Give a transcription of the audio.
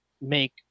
make